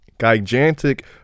Gigantic